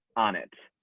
on it.